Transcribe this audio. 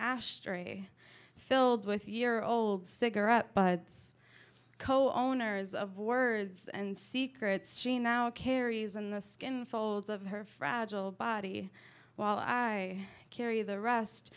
ashtray filled with year old cigarette butts co owners of words and secrets she now carries in the skin folds of her fragile body while i carry the rest